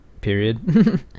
period